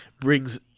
brings